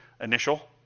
initial